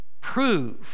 prove